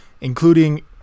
including